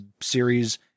series